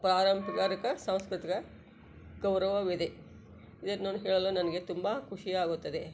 ಪಾರಂಪಾರಿಕ ಸಾಂಸ್ಕೃತಿಕ ಗೌರವವಿದೆ ಇದಕ್ಕೆ ನಾನು ಹೇಳಲು ನನಗೆ ತುಂಬ ಖುಷಿಯಾಗುತ್ತದೆ